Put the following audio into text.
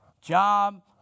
job